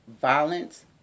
Violence